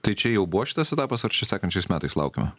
tai čia jau buvo šitas etapas ar čia sekančiais metais laukiama